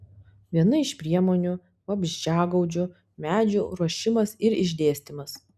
viena iš priemonių vabzdžiagaudžių medžių ruošimas ir išdėstymas